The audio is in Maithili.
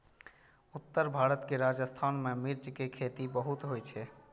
उत्तर भारत के राजस्थान मे मिर्च के खेती बहुत होइ छै